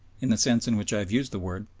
in the sense in which i have used the word,